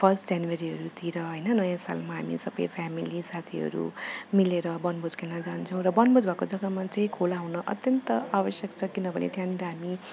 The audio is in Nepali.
फर्स्ट जनवरीहरूतिर होइन नयाँ सालमा हामी सब फ्यामिली साथीहरू मिलेर वनभोज खेल्न जान्छौँ र वनभोज भएको जगामा चाहिँ खोला हुन अत्यन्त आवश्यक छ किनभने त्यहाँनेर हामी